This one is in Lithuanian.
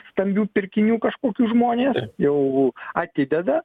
stambių pirkinių kažkokių žmonės jau atideda